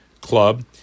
club